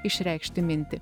išreikšti mintį